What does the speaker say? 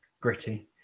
Gritty